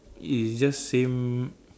it is just same